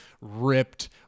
ripped